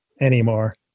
anymore